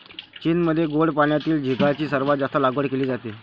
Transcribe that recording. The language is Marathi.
चीनमध्ये गोड पाण्यातील झिगाची सर्वात जास्त लागवड केली जाते